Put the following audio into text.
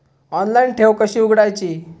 Online ठेव कशी उघडायची?